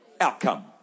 outcome